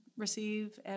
Receive